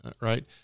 Right